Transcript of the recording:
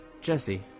Jesse